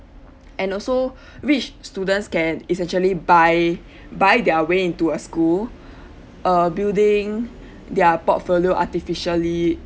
and also rich students can is actually buy buy their way into a school uh building their portfolio artificially